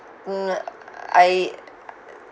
mm I